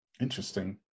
Interesting